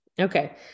Okay